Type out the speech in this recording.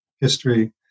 history